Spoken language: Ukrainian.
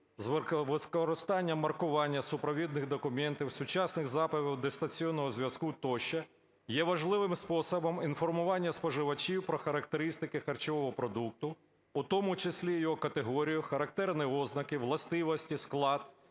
з використанням маркування супровідних документів, сучасних засобів дистанційного зв'язку тощо є важливим способом інформування споживачів про характеристики харчового продукту, у тому числі його категорію, характерних ознак, властивості, склад,